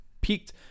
peaked